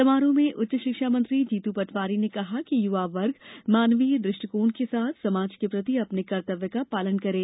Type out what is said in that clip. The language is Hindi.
समारोह में उच्च शिक्ष मंत्री जीतू पटवारी ने कहा कि युवा वर्ग मानवीय दृष्टिकोण के साथ समाज के प्रति अपने कर्तव्य का पालन करें